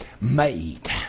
made